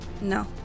No